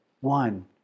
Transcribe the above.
one